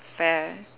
fair